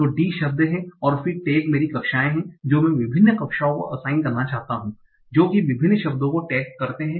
तो d शब्द हैं और फिर टैग मेरी कक्षाएं हैं जो मैं विभिन्न कक्षाओं को असाइन करना चाहता हूं जो कि विभिन्न शब्दों को टैग करते हैं